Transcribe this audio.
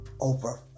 Over